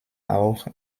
auch